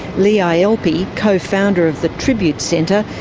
lee ah ielpi, co-founder of the tribute center,